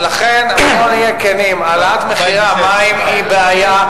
ולכן, בואו נהיה כנים, העלאת מחירי המים היא בעיה,